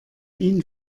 ihn